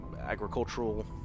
agricultural